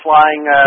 flying